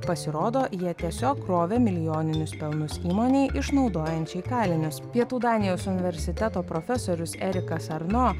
pasirodo jie tiesiog krovė milijoninius pelnus įmonei išnaudojančiai kalinius pietų danijos universiteto profesorius erikas arno